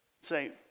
Say